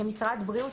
כמשרד הבריאות,